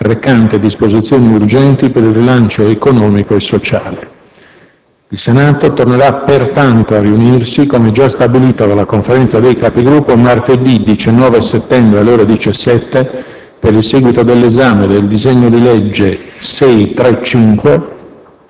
recante disposizioni urgenti per il rilancio economico e sociale. Il Senato tornera pertanto a riunirsi, come giastabilito dalla Conferenza dei Capigruppo, martedı 19 settembre, alle ore 17, per il seguito dell’esame del disegno di legge n. 635,